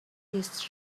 his